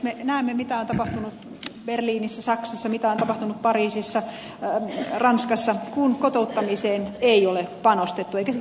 me näemme mitä on tapahtunut berliinissä saksassa mitä on tapahtunut pariisissa ranskassa kun kotouttamiseen ei ole panostettu eikä siitä ole piitattu